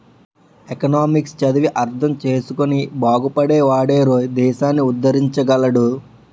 economics చదివి అర్థం చేసుకుని బాగుపడే వాడేరోయ్ దేశాన్ని ఉద్దరించగలడు